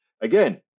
again